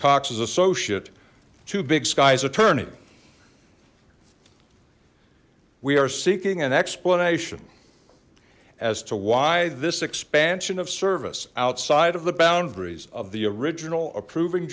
cox's associate to big sky's attorney we are seeking an explanation as to why this expansion of service outside of the boundaries of the original approving